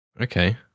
Okay